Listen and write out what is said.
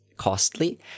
costly